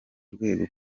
rwego